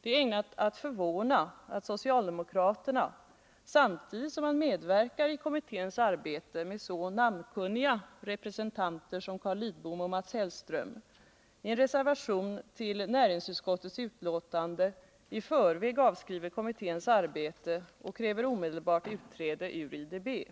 Det är ägnat att förvåna att socialdemokraterna, samtidigt som de medverkar i kommitténs arbete med så namnkunniga representanter som Carl Lidbom och Mats Hellström, i en reservation till näringsutskottets betänkande i förväg avskriver kommitténs arbete och kräver omedelbart utträde ur IDB.